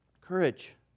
Courage